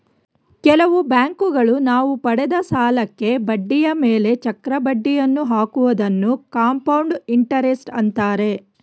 ಕೆಲವು ಬ್ಯಾಂಕುಗಳು ನಾವು ಪಡೆದ ಸಾಲಕ್ಕೆ ಬಡ್ಡಿಯ ಮೇಲೆ ಚಕ್ರ ಬಡ್ಡಿಯನ್ನು ಹಾಕುವುದನ್ನು ಕಂಪೌಂಡ್ ಇಂಟರೆಸ್ಟ್ ಅಂತಾರೆ